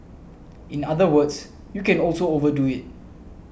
in other words you can also overdo it